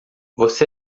você